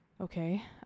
Okay